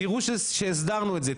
תראו שהסדרנו את זה,